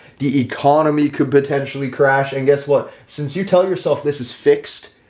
the economy could potentially crash. and guess what? since you tell yourself this is fixed,